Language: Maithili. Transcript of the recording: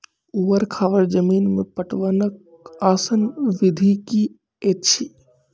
ऊवर खाबड़ जमीन मे पटवनक आसान विधि की ऐछि?